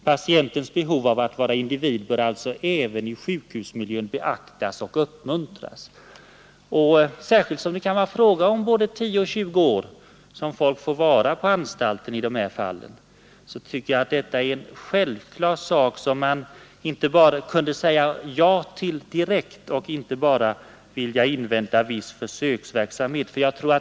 Patientens behov av att vara individ bör alltså även i sjukhusmiljön beaktas och uppmuntras.” Särskilt som det kan vara fråga om både 10 och 20 år som de intagna får vara på anstalten är detta enligt min mening självklara åtgärder som man borde kunna säga ja till direkt och inte bara uppskjuta i avvaktan på viss försöksverksamhet.